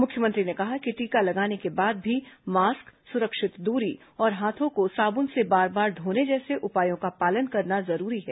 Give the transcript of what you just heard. मुख्यमंत्री ने कहा कि टीका लगाने के बाद भी मास्क सुरक्षित दूरी और हाथों को साबुन से बार बार धोने जैसे उपायों का पालन करना जरूरी है